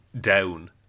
down